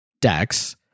decks